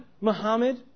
Muhammad